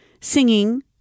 singing